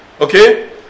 Okay